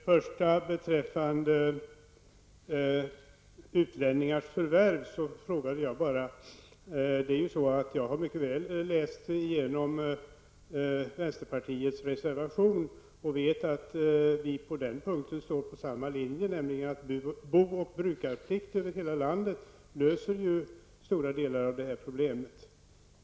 Fru talman! Jag har mycket väl läst igenom vänsterpartiets reservation beträffande utlänningars förvärv och vet att vi på den punkten har samma linje, nämligen att bo och brukarplikt över hela landet skulle lösa stora delar av detta problem.